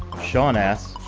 sean asks,